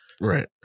Right